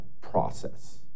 process